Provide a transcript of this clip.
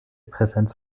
präsenz